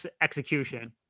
execution